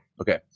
Okay